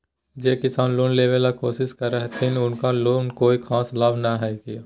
जे किसान लोन लेबे ला कोसिस कर रहलथिन हे उनका ला कोई खास लाभ हइ का?